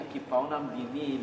את הקיפאון המדיני,